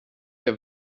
der